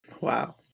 Wow